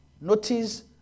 notice